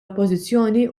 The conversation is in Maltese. oppożizzjoni